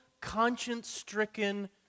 conscience-stricken